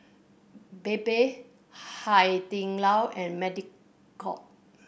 Bebe Hai Di Lao and Mediacorp